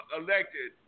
elected